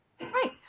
Right